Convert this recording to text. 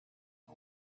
who